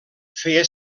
feia